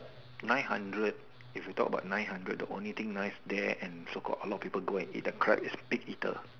nine hundred if you talk about nine hundred the only thing nice there and so called a lot people go eat the crab is big eater